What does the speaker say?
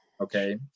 Okay